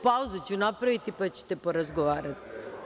Pauzu ću napraviti pa ćete porazgovarati.